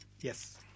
Yes